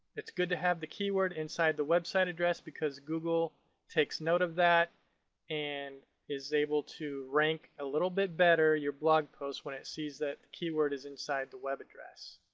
it's good to have the keyword inside the website address because google takes note of that and is able to rank a little bit better your blog post when it sees that the keyword is inside the web address.